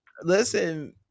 Listen